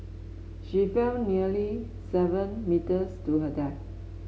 she fell nearly seven metres to her death